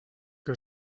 que